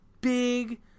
big